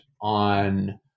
on